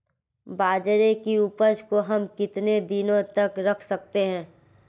बाजरे की उपज को हम कितने दिनों तक रख सकते हैं?